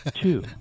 two